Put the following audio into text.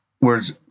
words